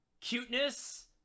Cuteness